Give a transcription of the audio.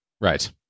Right